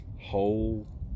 whole